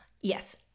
Yes